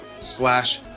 slash